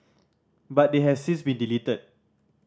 but they have since been deleted